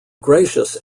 gracious